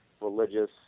religious